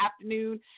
afternoon